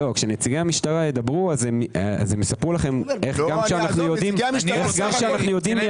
נציגי המשטרה יספרו לכם, שגם כשאנחנו יודעים מי